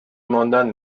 ماندن